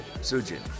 Sujin